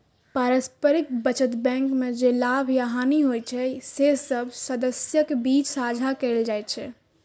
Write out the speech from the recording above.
पारस्परिक बचत बैंक मे जे लाभ या हानि होइ छै, से सब सदस्यक बीच साझा कैल जाइ छै